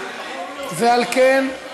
ועל כן,